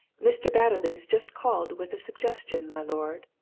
mr. batterley's just called with a suggestion, my lord,